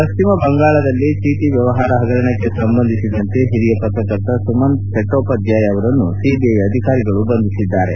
ಪಶ್ಚಿಮ ಬಂಗಾಳದಲ್ಲಿ ಚೀಟಿ ವ್ಯವಹಾರ ಪಗರಣಕ್ಕೆ ಸಂಬಂಧಿಸಿದಂತೆ ಹಿರಿಯ ಪತ್ರಕರ್ತ ಸುಮನ್ ಚಟ್ಟೋಪಾಧ್ಯಾಯ ಅವರನ್ನು ಸಿಐ ಅಧಿಕಾರಿಗಳು ಬಂಧಿಸಿದ್ದಾರೆ